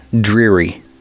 dreary